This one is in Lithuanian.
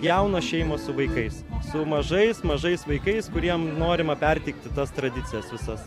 jaunos šeimos su vaikais su mažais mažais vaikais kuriem norima perteikti tas tradicijas visas